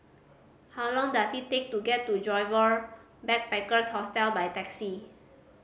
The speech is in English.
how long does it take to get to Joyfor Backpackers' Hostel by taxi